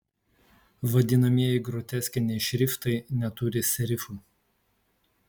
vadinamieji groteskiniai šriftai neturi serifų